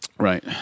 Right